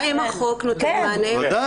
האם החוק נותן מענה?